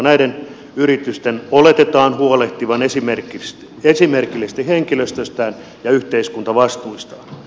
näiden yritysten oletetaan huolehtivan esimerkillisesti henkilöstöstään ja yhteiskuntavastuustaan